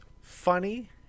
funny